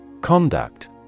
Conduct